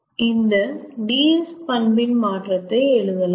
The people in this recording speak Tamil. இந்த dS பண்பின் மாற்றத்தை எழுதலாம்